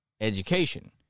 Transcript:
education